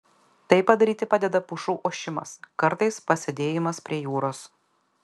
tai padaryti padeda pušų ošimas kartais pasėdėjimas prie jūros